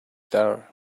there